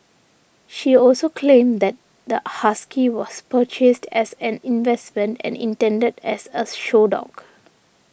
she also claimed that the husky was purchased as an investment and intended as a show dog